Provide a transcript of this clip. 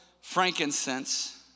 frankincense